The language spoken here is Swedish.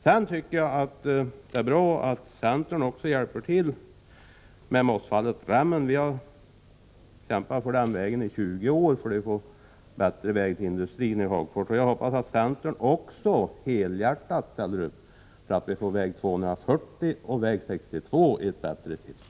Det är bra att centern hjälper till med vägen Mossfallet-Rämmen. Vi har kämpat för den vägen i 20 år för att få en bättre förbindelse till industrin i Hagfors. Jag hoppas att centern helhjärtat ställer upp också för att få vägarna 240 och 62 i ett bättre skick.